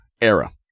era